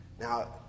Now